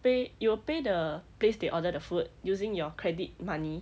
pay you will pay the place they order the food using your credit money